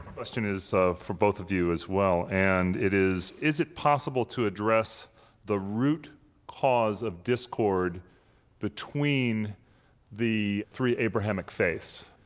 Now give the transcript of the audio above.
question is so for both of you as well, and it is is it possible to address the root cause of discord between the three abrahamic faiths?